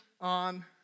on